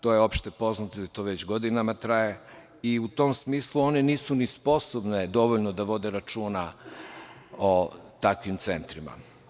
To je opšte poznato da to već godinama traje i u tom smislu one nisu ni sposobno dovoljno da vode računa o takvim centrima.